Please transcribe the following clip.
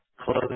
Close